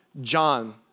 John